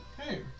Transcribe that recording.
Hey